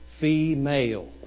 female